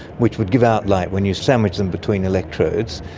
which would give out light when you sandwich them between electrodes.